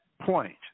point